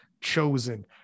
chosen